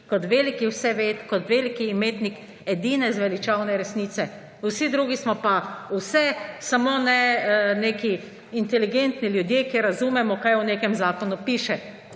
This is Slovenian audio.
kot veliki vseved, kot veliki imetnik edine zveličavne resnice. Vsi drugi smo pa vse, samo ne neki inteligentni ljudje, ki razumemo, kaj v nekem zakonu piše.